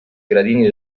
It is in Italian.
gradini